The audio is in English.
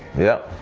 yep.